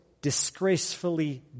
disgracefully